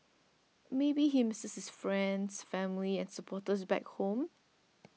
maybe he misses his friends and supporters back home